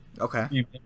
Okay